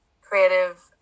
Creative